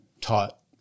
taught